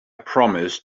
promised